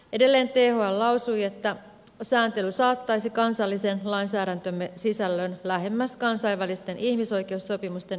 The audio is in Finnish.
edelleen thl lausui että sääntely saattaisi kansallisen lainsäädäntömme sisällön lähemmäs kansainvälisten ihmisoikeussopimusten edellyttämää tasoa